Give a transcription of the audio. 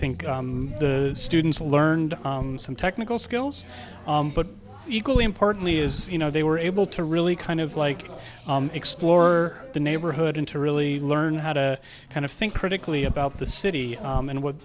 think the students learned some technical skills but equally importantly is you know they were able to really kind of like explore the neighborhood and to really learn how to kind of think critically about the city and what